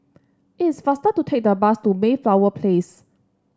is faster to take the bus to Mayflower Place